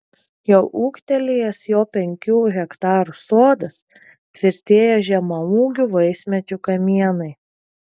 jau ūgtelėjęs jo penkių hektarų sodas tvirtėja žemaūgių vaismedžių kamienai